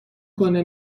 کنه